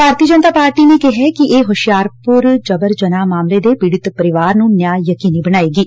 ਭਾਰਤੀ Janata Party ਨੇ ਕਿਹੈ ਕਿ ਇਹ ਹੁਸ਼ਿਆਰਪੁਰ ਜਬਰ ਜਨਾਹ ਮਾਮਲੇ ਦੇ ਪੀੜਤ ਪਰਿਵਾਰ ਨੂੰ ਨਿਆਂ ਯਕੀਨੀ ਬਣਾਏਗੀ